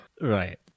Right